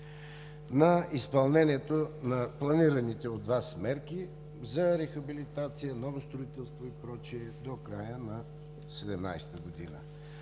на изпълнението на планираните от Вас мерки за рехабилитация, ново строителство и прочие до края на 1917 г.